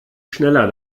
schneller